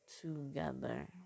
...together